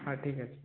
ହଁ ଠିକ୍ ଅଛି